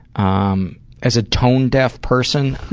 um as a tone-deaf person,